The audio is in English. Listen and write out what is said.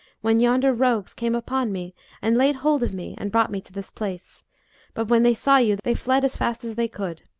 when yonder rogues came upon me and laid hold of me and brought me to this place but when they saw you, they fled as fast as they could.